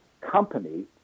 company